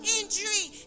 injury